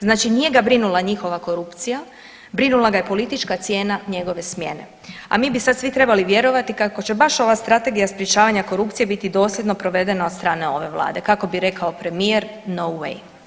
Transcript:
Znači nije ga brinula njihova korupcija, brinula ga je politička cijena njegove smjene, a mi bi sad svi trebali vjerovati kako će baš ova strategija sprječavanja korupcije biti dosljedno provedena od strane ove vlade kako bi rekao premijer no way.